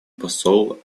посол